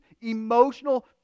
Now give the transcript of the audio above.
emotional